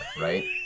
right